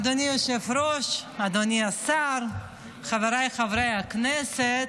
אדוני היושב-ראש, אדוני השר, חבריי חברי הכנסת,